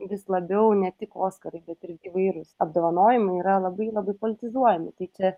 vis labiau ne tik oskarai bet ir įvairūs apdovanojimai yra labai labai politizuojami tai čia